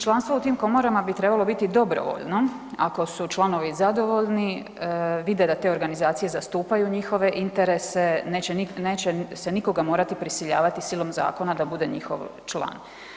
Članstvo u tim komorama bi trebalo biti dobrovoljno, ako su članovi zadovoljni, vide da te organizacije zastupaju njihove interese, neće se nikoga morati prisiljavati silom zakona da bude njihov član.